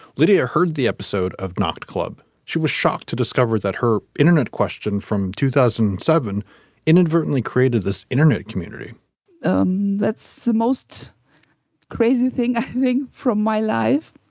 lydia heard the episode of knocked club. she was shocked to discover that her internet question from two thousand and seven inadvertently created this internet community um that's the most crazy thing a ring from my life.